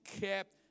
kept